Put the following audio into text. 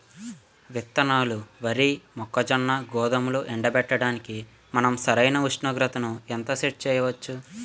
విత్తనాలు వరి, మొక్కజొన్న, గోధుమలు ఎండబెట్టడానికి మనం సరైన ఉష్ణోగ్రతను ఎంత సెట్ చేయవచ్చు?